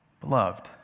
beloved